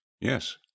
yes